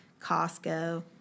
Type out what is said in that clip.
Costco